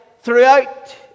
throughout